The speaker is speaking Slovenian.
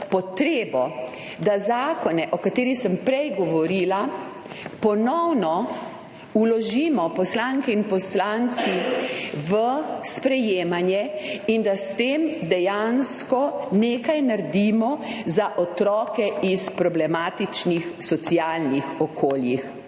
potrebo, da zakone, o katerih sem prej govorila, ponovno vložimo poslanke in poslanci v sprejemanje in da s tem dejansko nekaj naredimo za otroke iz problematičnih socialnih okolij.